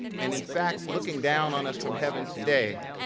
and in fact, looking down on us from heaven today,